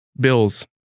bills